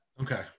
Okay